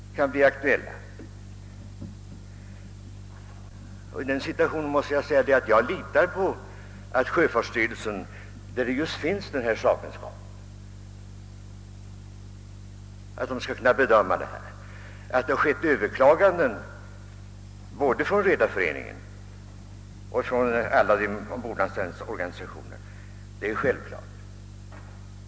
Därför litar jag på de beslut som fattas av sjöfartsstyrelsen, som just besitter den sakkunskap som krävs för att bedöma detta. Att beslutet överklagats både av Redareföreningen och av de ombordanställdas organisationer är självklart.